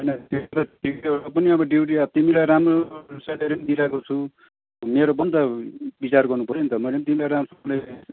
होइन त्यो त ठिकै हो र पनि अब ड्युटी अब तिमीलाई राम्रो सेलेरी पनि दिइरहेको छु मेरो पनि त विचार गर्नु पऱ्यो नि त मैले पनि तिमीलाई राम्रोसँगले